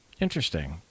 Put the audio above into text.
interesting